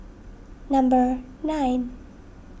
number nine